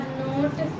note